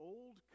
Old